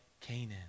Canaan